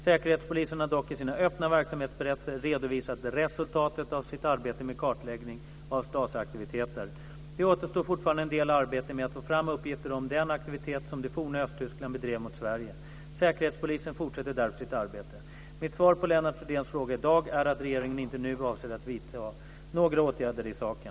Säkerhetspolisen har dock i sina öppna verksamhetsberättelser redovisat resultatet av sitt arbete med kartläggning av STASI-aktiviteter. Det återstår fortfarande en del arbete med att få fram uppgifter om den aktivitet som det forna Östtyskland bedrev mot Sverige. Säkerhetspolisen fortsätter därför sitt arbete. Mitt svar på Lennart Fridéns fråga i dag är att regeringen inte nu avser att vidta några åtgärder i saken.